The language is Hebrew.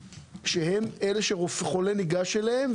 שהם אלה שחולה ניגש אליהם,